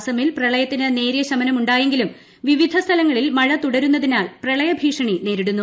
അസമിൽ പ്രളയത്തിന് നേരിയ ശമനമൂങ്ടാത്യെങ്കിലും വിവിധ സ്ഥലങ്ങളിൽ മഴ തുടരുന്നതിനാൽ പ്രളയഭീഷണി നേതീടുന്നു